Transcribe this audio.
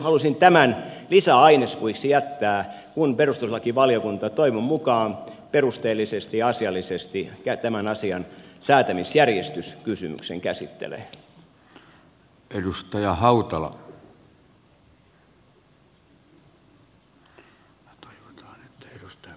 halusin tämän lisäainespuiksi jättää kun perustuslakivaliokunta toivon mukaan perusteellisesti ja asiallisesti tämän asian säätämisjärjestyskysymyksen käsittelee